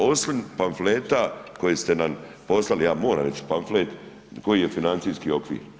Osim pamfleta koji ste nam poslali, ja moram reći pamflet, koji je financijski okvir.